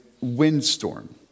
windstorm